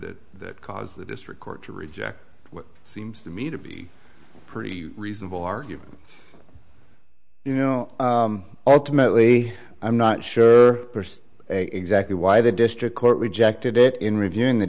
that caused the district court to reject what seems to me to be a pretty reasonable argument you know ultimately i'm not sure exactly why the district court rejected it in